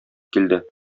килде